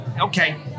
Okay